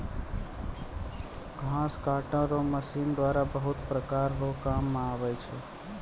घास काटै रो मशीन द्वारा बहुत प्रकार रो काम मे आबै छै